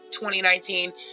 2019